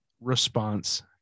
response